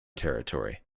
territory